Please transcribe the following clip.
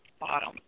bottom